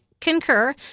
concur